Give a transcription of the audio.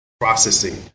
processing